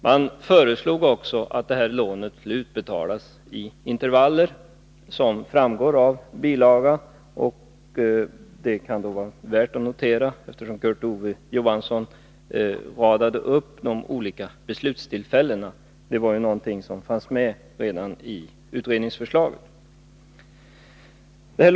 Det föreslogs också att lånen skulle utbetalas i intervaller, såsom framgår av bilagan. Eftersom Kurt Ove Johansson radade upp de olika beslutstillfällena kan det vara värt att notera att det redan i utredningsförslaget fanns förslag om tidpunkt för utbetalningarna.